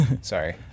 Sorry